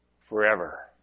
forever